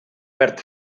verd